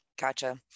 Gotcha